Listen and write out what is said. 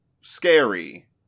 scary